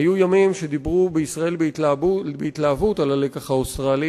היו ימים שדיברו בישראל בהתלהבות על הלקח האוסטרלי,